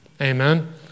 amen